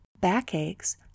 backaches